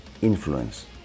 influence